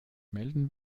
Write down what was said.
melden